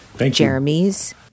Jeremy's